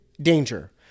Danger